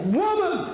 woman